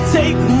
take